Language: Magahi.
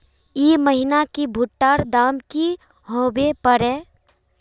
ई महीना की भुट्टा र दाम की होबे परे?